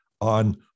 on